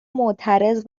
معترض